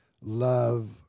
love